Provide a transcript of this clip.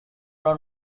run